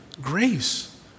grace